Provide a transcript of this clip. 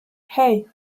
hey